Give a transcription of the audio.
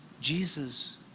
Jesus